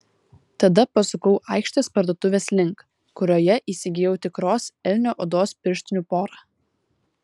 tada pasukau aikštės parduotuvės link kurioje įsigijau tikros elnio odos pirštinių porą